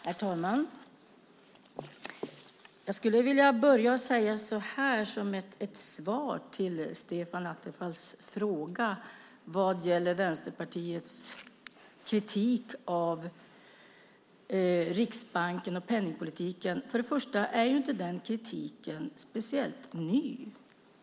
Herr talman! Jag skulle vilja börja med att säga så här som ett svar på Stefan Attefalls fråga vad gäller Vänsterpartiets kritik av Riksbanken och penningpolitiken. Först och främst är inte kritiken speciellt ny.